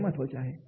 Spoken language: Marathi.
हे महत्त्वाचे आहे